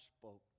spoke